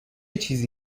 چیزی